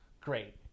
Great